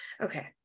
Okay